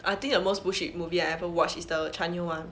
I think the most bullshit movie I ever watched is the china [one]